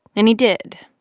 and he did.